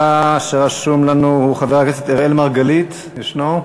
הבא שרשום לנו הוא חבר הכנסת אראל מרגלית, ישנו?